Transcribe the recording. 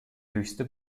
höchste